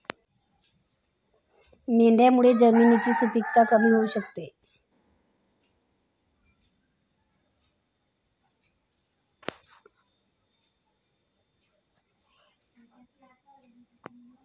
मेंढ्यांमुळे जमिनीची सुपीकता कमी होऊ शकते